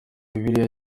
bibiliya